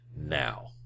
Now